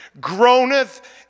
groaneth